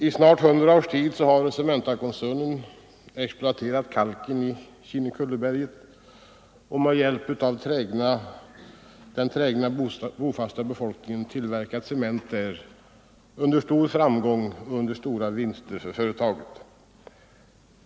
I snart 100 år har Cementakoncernen exploaterat kalken i Kinnekulle och med hjälp av den trägna bofasta befolkningen tillverkat cement här med stor framgång och med stora vinster för företaget.